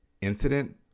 incident